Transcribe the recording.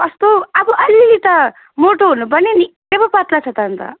कस्तो अब अलिकति त मोटो हुनुपर्ने नि निक्कै पो पत्ला छ त अन्त